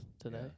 today